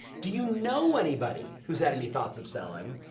do you know anybody who's had any thoughts of selling,